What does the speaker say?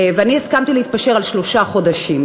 אני הסכמתי להתפשר על שלושה חודשים.